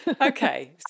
Okay